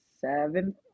seventh